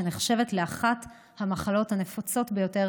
שנחשבת לאחת המחלות הנפוצות ביותר